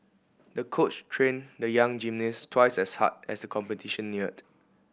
the coach trained the young gymnast twice as hard as the competition neared